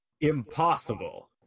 Impossible